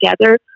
together